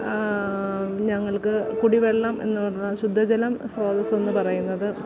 ഞങ്ങൾക്ക് കുടിവെള്ളം എന്ന് പറഞ്ഞാൽ ശുദ്ധജലം സ്രോതസെന്ന് പറയുന്നത്